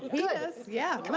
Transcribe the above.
yes, yeah.